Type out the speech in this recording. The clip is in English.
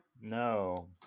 no